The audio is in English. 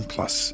Plus